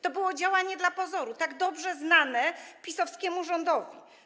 To było działanie dla pozoru, tak dobrze znane PiS-owskiemu rządowi.